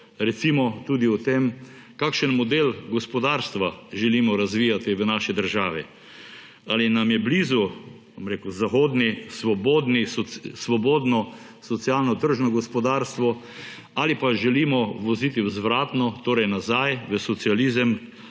Recimo, tudi o tem, kakšen model gospodarstva želimo razvijati v naši državi, ali nam je blizu, bom rekel, zahodno svobodno socialno-tržno gospodarstvo ali pa želimo voziti vzvratno, torej nazaj v socializem,